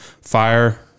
fire